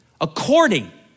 according